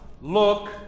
look